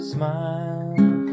smile